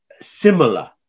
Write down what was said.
similar